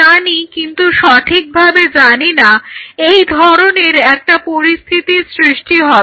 আমি জানি কিন্তু সঠিকভাবে জানিনা এই ধরনের একটা পরিস্থিতির সৃষ্টি হবে